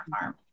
farm